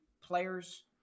player's